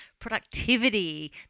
productivity